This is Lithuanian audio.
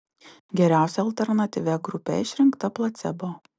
geriausia alternatyvia grupe išrinkta placebo